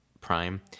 Prime